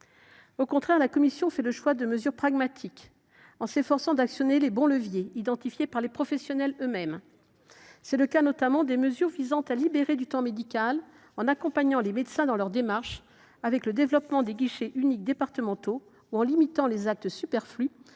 Au contraire, la commission fait le choix de mesures pragmatiques, en s’efforçant d’actionner les bons leviers, identifiés par les professionnels eux mêmes. C’est notamment le cas des mesures visant à libérer du temps médical, en accompagnant les médecins dans leurs démarches, grâce au développement des guichets uniques départementaux, ou en limitant les actes superflus.